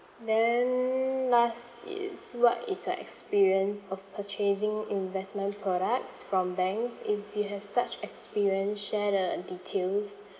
then last is what is your experience of purchasing investment products from banks if you have such experience share the details